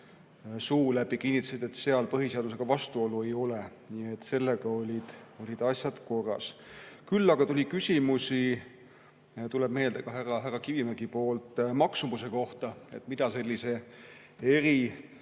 suu läbi kinnitasid, et põhiseadusega vastuolu ei ole. Nii et sellega olid asjad korras. Küll aga tuli küsimusi, tuleb meelde, et ka härra Kivimägilt, maksumuse kohta, kui palju sellise